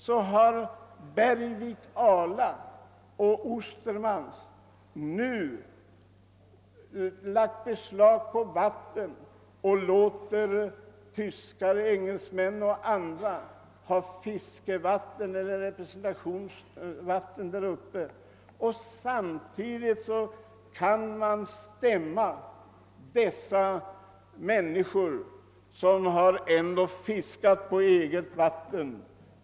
så har Bergvik och Ala samt Ostermans lagt beslag på vattnet och låter tyskar, engelsmän och andra ha det som fiskevatten. Man använder också området för representation. Samtidigt stämmer man dessa människor för tjuvfiske, vilka dock fiskar på eget vatten.